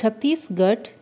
Chhattisgarh